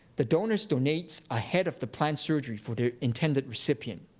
the donor donates ahead of the planned surgery for their intended recipient.